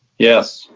yes.